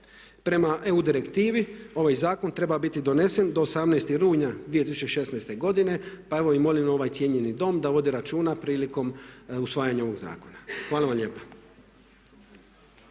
Prema EU direktivi ovaj zakon treba biti donesen do 18. rujna 2016. godine pa evo molim ovaj cijenjeni Dom da vodi računa prilikom usvajanja ovog zakona. Hvala vam lijepa.